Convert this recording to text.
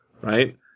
Right